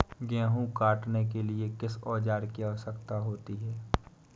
गेहूँ काटने के लिए किस औजार की आवश्यकता होती है?